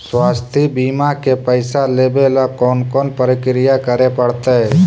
स्वास्थी बिमा के पैसा लेबे ल कोन कोन परकिया करे पड़तै?